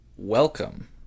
Welcome